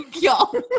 y'all